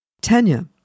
Tanya